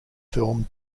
film